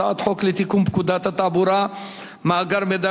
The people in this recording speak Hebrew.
הצעת חוק לתיקון פקודת התעבורה (מאגר מידע